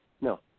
No